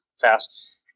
fast